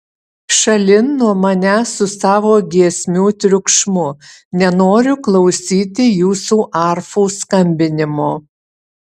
šalin nuo manęs su savo giesmių triukšmu nenoriu klausyti jūsų arfų skambinimo